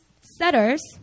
setters